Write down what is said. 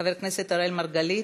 חבר הכנסת אראל מרגלית,